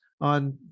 on